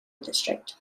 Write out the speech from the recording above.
district